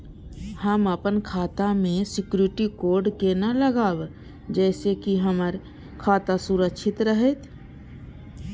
हम अपन खाता में सिक्युरिटी कोड केना लगाव जैसे के हमर खाता सुरक्षित रहैत?